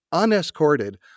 unescorted